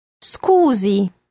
Scusi